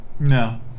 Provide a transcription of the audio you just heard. No